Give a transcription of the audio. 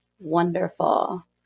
Wonderful